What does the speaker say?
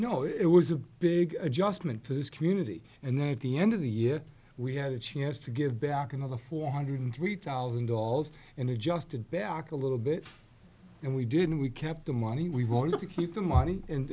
know it was a big adjustment for this community and then at the end of the year we had a chance to give back another four hundred three thousand dollars and adjusted back a little bit and we did and we kept the money we want to keep the money and